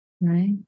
right